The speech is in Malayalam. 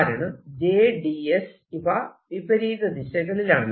കാരണം j ds ഇവ വിപരീത ദിശകളിലാണ്